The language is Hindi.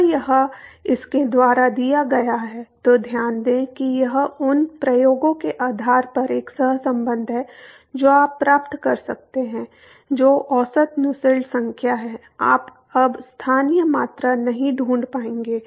तो यह इसके द्वारा दिया गया है तो ध्यान दें कि यह उन प्रयोगों के आधार पर एक सहसंबंध है जो आप प्राप्त कर सकते हैं जो औसत नुसेल्ट संख्या है आप अब स्थानीय मात्रा नहीं ढूंढ पाएंगे